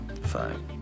Five